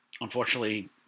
unfortunately